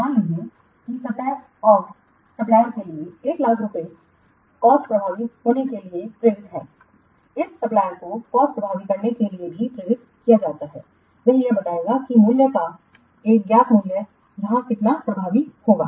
मान लीजिए कि सतह और सप्लायरके लिए 1 लाख रुपये कॉस्टप्रभावी होने के लिए प्रेरित है इस सप्लायरको कॉस्टप्रभावी करने के लिए भी प्रेरित किया जाता है वह यह बताएगा कि मूल्य का एक ज्ञात मूल्य यह कितना प्रभावी होगा